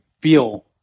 feel